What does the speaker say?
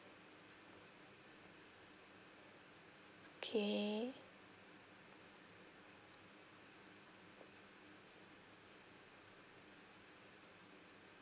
okay